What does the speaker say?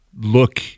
look